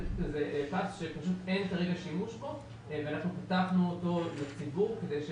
אנחנו פתחנו אותו לציבור.